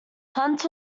hunt